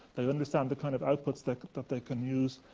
they understand the kind of outputs that that they can use,